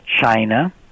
China